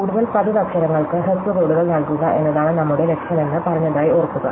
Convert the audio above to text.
കൂടുതൽ പതിവ് അക്ഷരങ്ങൾക്ക് ഹ്രസ്വ കോഡുകൾ നൽകുക എന്നതാണ് നമ്മുടെ ലക്ഷ്യമെന്ന് പറഞ്ഞതായി ഓർക്കുക